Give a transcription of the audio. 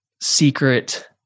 secret